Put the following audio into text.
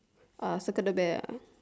uh circle the bear ah